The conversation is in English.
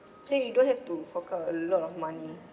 then you don't have to fork out a lot of money